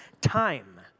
Time